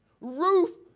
Ruth